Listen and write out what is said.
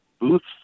booths